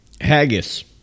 Haggis